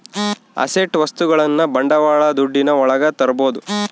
asset ವಸ್ತುಗಳನ್ನ ಬಂಡವಾಳ ದುಡ್ಡಿನ ಒಳಗ ತರ್ಬೋದು